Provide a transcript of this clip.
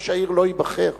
ראש העיר לא ייבחר.